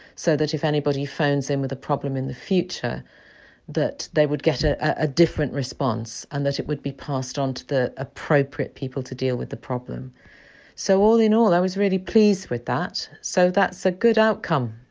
so that if anybody phones in with a problem in the future that they would get ah a different response and that it would be passed on to the appropriate people to deal with the problem so, all in all, i was really pleased with that. so, that's a good outcome.